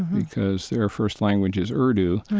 because their first language is urdu,